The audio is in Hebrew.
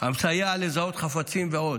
המסייע לזהות חפצים ועוד.